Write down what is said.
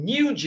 New